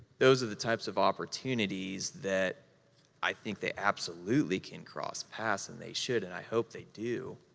those are the types of opportunities that i think they absolutely can cross paths, and they should, and i hope they do.